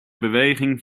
beweging